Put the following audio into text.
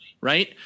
right